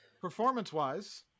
Performance-wise